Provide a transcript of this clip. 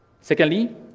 Secondly